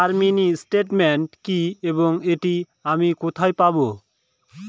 Sir mini statement কি এবং এটি আমি কোথায় পাবো?